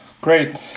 Great